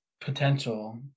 potential